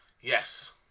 Yes